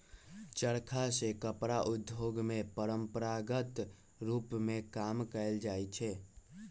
चरखा से कपड़ा उद्योग में परंपरागत रूप में काम कएल जाइ छै